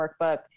workbook